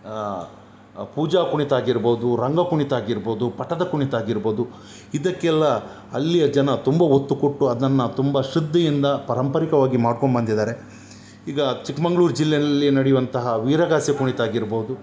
ಪೂಜಾ ಕುಣಿತ ಆಗಿರ್ಬೋದು ರಂಗ ಕುಣಿತ ಆಗಿರ್ಬೋದು ಪಟ್ಟದ ಕುಣಿತ ಆಗಿರ್ಬೋದು ಇದಕ್ಕೆಲ್ಲ ಅಲ್ಲಿಯ ಜನ ತುಂಬ ಒತ್ತು ಕೊಟ್ಟು ಅದನ್ನು ತುಂಬ ಶ್ರದ್ಧೆಯಿಂದ ಪಾರಂಪರಿಕವಾಗಿ ಮಾಡ್ಕೊಂಡ್ಬಂದಿದ್ದಾರೆ ಈಗಾ ಚಿಕ್ಮಗ್ಳೂರು ಜಿಲ್ಲೆಯಲ್ಲಿ ನಡಿಯುವಂತಹ ವೀರಗಾಸೆ ಕುಣಿತ ಆಗಿರ್ಬೋದು